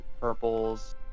purples